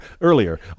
earlier